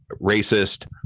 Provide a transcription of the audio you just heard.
racist